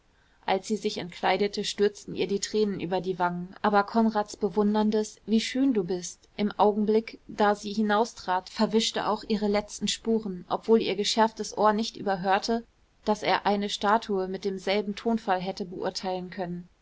als sie sich entkleidete stürzten ihr die tränen über die wangen aber konrads bewunderndes wie schön du bist im augenblick da sie hinaustrat verwischte auch ihre letzten spuren obwohl ihr geschärftes ohr nicht überhörte daß er eine statue mit demselben tonfall hätte beurteilen können